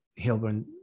Hilburn